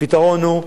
הפתרון הוא,